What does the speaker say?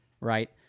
right